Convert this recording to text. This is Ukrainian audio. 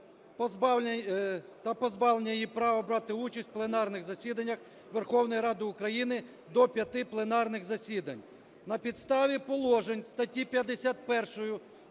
та позбавлення її права брати участь у пленарних засіданнях Верховної Ради України до п'яти пленарних засідань. На підставі положень статті 51